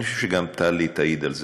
אני חושב שגם טלי תעיד על זה,